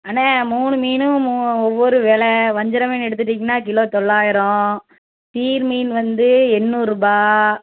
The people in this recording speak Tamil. அண்ணே மூணு மீனும் மூ ஒவ்வொரு வெலை வஞ்சிர மீன் எடுத்துட்டிங்கன்னால் கிலோ தொள்ளாயிரம் சீர் மீன் வந்து எண்ணூறுரூபா